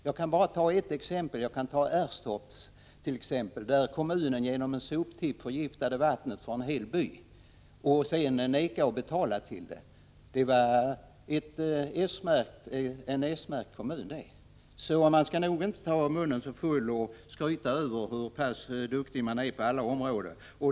Jag skall bara ta ett exempel, Erstorp, där kommunen genom en soptipp förgiftat vattnet för en hel by och sedan vägrat att betala ersättning för skadan. Det var en s-märkt kommun, så man skall nog inte ta munnen för full och skryta över hur duktig man är på olika områden.